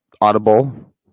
audible